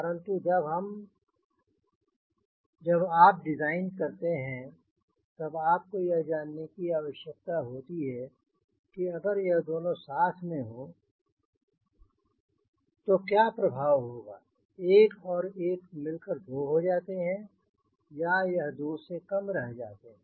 परंतु जब आप डिज़ाइन करते हैं तब आपको यह जानने की आवश्यकता होती है कि अगर यह दोनों साथ में हो तो क्या प्रभाव होगा एक और एक मिलाकर दो हो जाते हैं या यह दो से कम रह जाते हैं